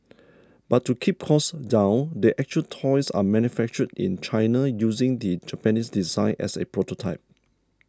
but to keep costs down the actual toys are manufactured in China using the Japanese design as a prototype